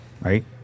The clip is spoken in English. right